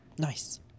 Nice